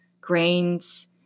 grains